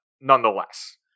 nonetheless